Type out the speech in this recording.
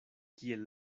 kiel